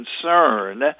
concern